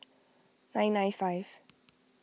nine nine five